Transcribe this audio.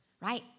right